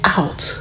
out